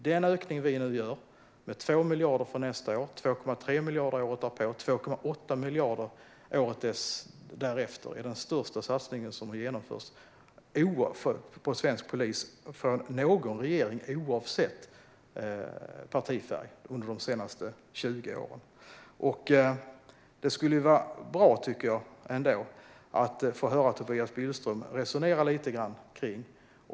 Den ökning vi nu gör med 2 miljarder för nästa år, 2,3 miljarder året därpå och 2,8 miljarder året därefter är den största satsning som har genomförts på svensk polis från någon regering oavsett partifärg under de senaste 20 åren. Det skulle ändå vara bra att få höra Tobias Billström resonera lite grann kring det.